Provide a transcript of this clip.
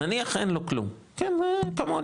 נניח אין לו כלום, כמוני.